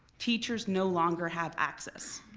teachers no longer have access.